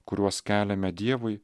kuriuos keliame dievui